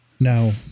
Now